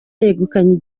yegukanye